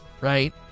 Right